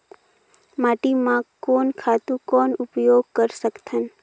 माटी म कोन खातु कौन उपयोग कर सकथन?